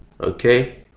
Okay